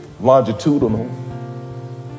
longitudinal